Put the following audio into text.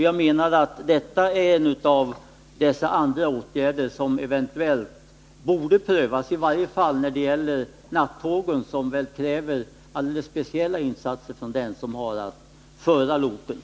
Jag menar att bemanningsfrågan hör till dessa andra åtgärder som eventuellt borde prövas i varje fall på nattågen, som väl kräver alldeles speciella insatser från den som har att föra loket.